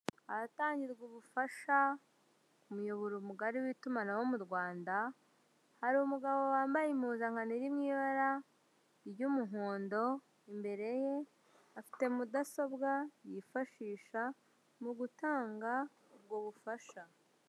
Ahatangirwa ubufasha, umuyoboro mugari w'itumanaho mu rwanda hari umugabo wambaye impuzankano iri m'ibara ry'umuhondo, imbere ye afite mudasobwa yifashisha mu gutanga ubwo bufasha.